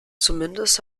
zumindest